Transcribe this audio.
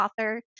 author